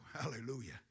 Hallelujah